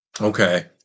okay